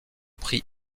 prix